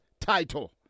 title